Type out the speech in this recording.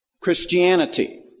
Christianity